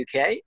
UK